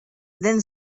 then